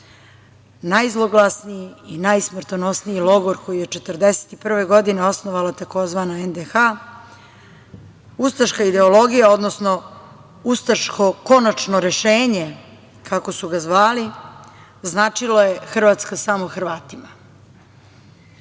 najzloglasniji i najsmrtonosniji logor koji je 1941. godine osnovala tzv. NDH. Ustaška ideologija, odnosno ustaško konačno rešenje, kako su ga zvali, značilo je Hrvatska samo Hrvatima.